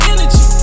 Energy